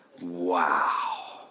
Wow